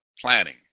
planning